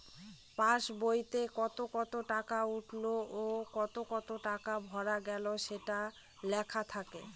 pass বইতে কত কত টাকা উঠলো ও কত কত টাকা ভরা গেলো সেটা লেখা থাকে